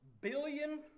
billion